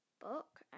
book